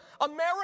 America